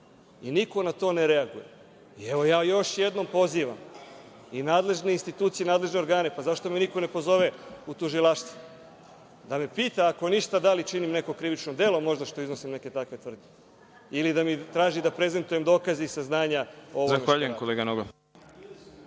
i niko na to ne reaguje. Evo, ja još jednom pozivam i nadležne institucije i nadležne organe, pa zašto me niko ne pozove u tužilaštvo da me pita, ako ništa drugo, da li činim neko krivično delo možda što iznosim takve tvrdnje, ili da mi traži da prezentujem dokaze i saznanja o ovome?